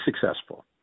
successful